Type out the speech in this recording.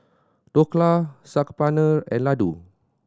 Dhokla Saag Paneer and Ladoo